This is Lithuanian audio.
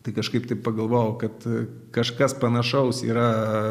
tai kažkaip taip pagalvojau kad kažkas panašaus yra